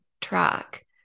track